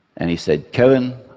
and he said, kevin,